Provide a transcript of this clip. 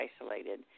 isolated